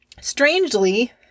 Strangely